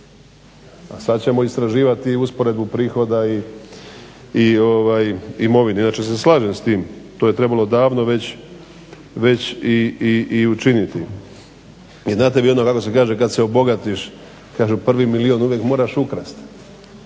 A sad ćemo istraživati i usporedbu prihoda i imovine. Inače se slažem s tim. To je trebalo odavno već i učiniti. I znate vi ono kako se kaže kad se obogatiš, kažu prvi milijun uvijek moraš ukrasti.